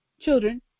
children